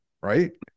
right